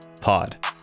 pod